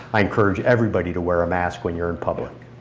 i encourage everybody to wear a mask when you're in public.